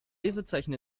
lesezeichen